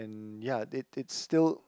and ya they they still